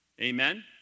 Amen